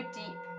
deep